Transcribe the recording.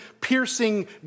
piercing